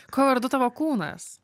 kuo vardu tavo kūnas